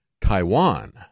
Taiwan